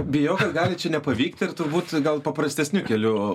bijau kad gali nepavykti ir turbūt gal paprastesniu keliu